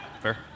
Fair